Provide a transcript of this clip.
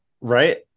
Right